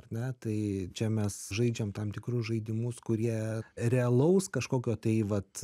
ar ne tai čia mes žaidžiam tam tikrus žaidimus kurie realaus kažkokio tai vat